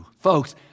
Folks